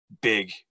big